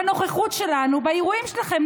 בנוכחות שלנו באירועים שלכם?